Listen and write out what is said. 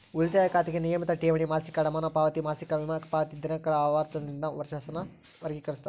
ಉಳಿತಾಯ ಖಾತೆಗೆ ನಿಯಮಿತ ಠೇವಣಿ, ಮಾಸಿಕ ಅಡಮಾನ ಪಾವತಿ, ಮಾಸಿಕ ವಿಮಾ ಪಾವತಿ ದಿನಾಂಕಗಳ ಆವರ್ತನದಿಂದ ವರ್ಷಾಸನ ವರ್ಗಿಕರಿಸ್ತಾರ